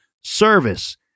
service